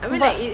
but